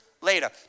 later